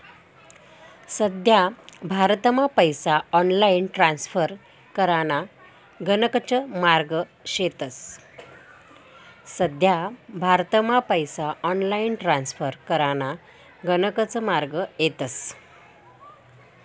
सध्या भारतमा पैसा ऑनलाईन ट्रान्स्फर कराना गणकच मार्गे शेतस